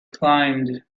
climbed